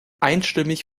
einstimmig